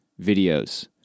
videos